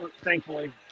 thankfully